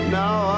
now